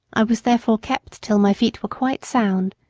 i was therefore kept till my feet were quite sound,